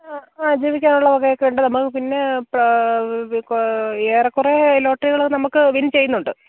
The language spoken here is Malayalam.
ആ ജീവിക്കാനുള്ള വകയൊക്കെ ഉണ്ട് നമുക്ക് പിന്നെ ഏറെക്കുറേ ലോട്ടറികൾ നമുക്ക് വിൻ ചെയ്യുന്നുണ്ട്